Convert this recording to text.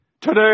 today